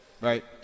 right